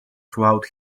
throughout